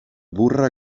burra